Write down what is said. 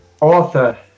Author